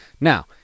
Now